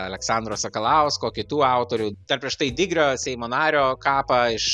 aleksandro sakalausko kitų autorių dar prieš tai digrio seimo nario kapą iš